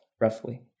roughly